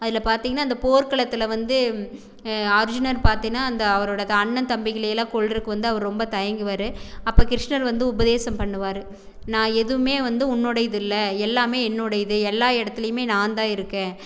அதில் பார்த்திங்ன்னா இந்த போர்களத்தில் வந்து அர்ஜுனர் பார்த்திங்ன்னா அந்த அவரோட அண்ணன் தம்பிகளையெல்லாம் கொல்றதுக்கு வந்து அவர் ரொம்ப தயங்குவார் அப்ப கிருஷ்ணர் வந்து உபதேசம் பண்ணுவார் நான் எதுவுமே வந்து உன்னுடையது இல்லை எல்லாமே என்னுடையது எல்லா இடத்துலையுமே நான்தான் இருக்கேன்